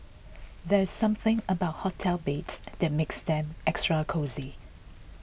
there's something about hotel beds that makes them extra cosy